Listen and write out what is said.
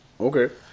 okay